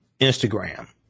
Instagram